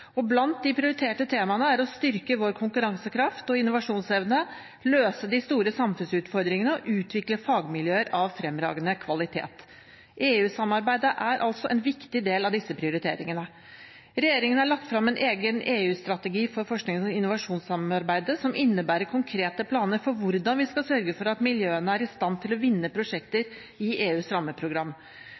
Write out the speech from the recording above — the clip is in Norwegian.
fremtiden. Blant de prioriterte temaene er å styrke vår konkurransekraft og innovasjonsevne, løse de store samfunnsutfordringene og utvikle fagmiljøer av fremragende kvalitet. EU-samarbeidet er altså en viktig del av disse prioriteringene. Regjeringen har lagt frem en egen EU-strategi for forsknings- og innovasjonssamarbeidet som innebærer konkrete planer for hvordan vi skal sørge for at miljøene er i stand til å vinne prosjekter i EUs rammeprogram.